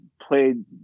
played